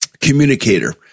communicator